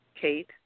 Kate